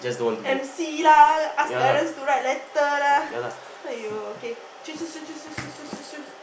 M C lah ask parents to write letter lah !aiyo! okay choose choose choose choose choose choose